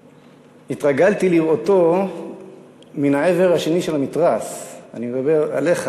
שהתרגלתי לראותו מן העבר השני של המתרס אני מדבר עליך,